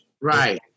Right